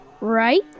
Right